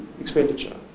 expenditure